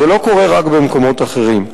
זה לא קורה רק במקומות אחרים.